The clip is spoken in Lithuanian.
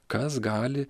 kas gali